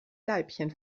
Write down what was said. leibchen